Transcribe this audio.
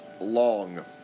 long